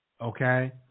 Okay